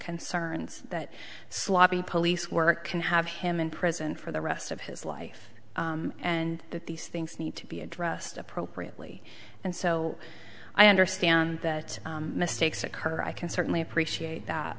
concerns that sloppy police work can have him in prison for the rest of his life and that these things need to be addressed appropriately and so i understand that mistakes occur i can certainly appreciate that